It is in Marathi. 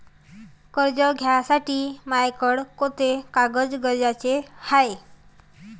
कर्ज घ्यासाठी मायाकडं कोंते कागद गरजेचे हाय?